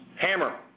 Hammer